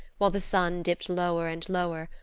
while the sun dipped lower and lower,